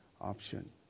option